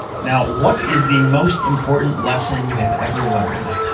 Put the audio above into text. now, what is the most important lesson you have ever learned?